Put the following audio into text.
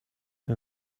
ten